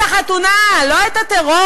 את החתונה, לא את הטרור.